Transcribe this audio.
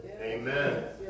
Amen